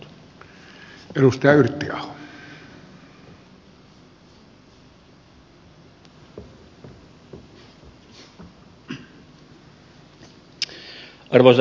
arvoisa herra puhemies